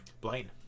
Blaine